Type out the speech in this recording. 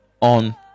on